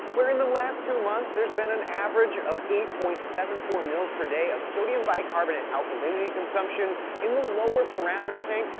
where in the last two months, there's been an average of eight point seven four mls per day of sodium bicarbonate alkalinity consumption in the lower parameter tank.